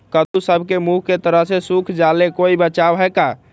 कददु सब के मुँह के तरह से सुख जाले कोई बचाव है का?